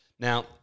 Now